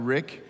Rick